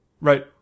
right